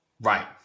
Right